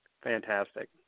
fantastic